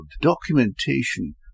documentation